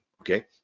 Okay